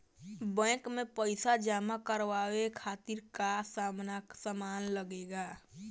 Bank में पईसा जमा करवाये खातिर का का सामान लगेला?